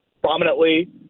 prominently